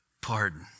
pardon